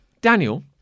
Daniel